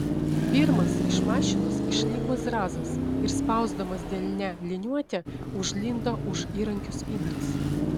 pirmas iš mašinos išlipo zrazas ir spausdamas delne liniuotę užlindo už įrankių spintos